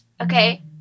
Okay